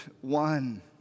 one